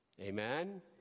Amen